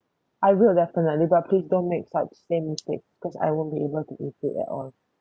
I will definitely but please don't make such same mistake because I won't be able to eat it at all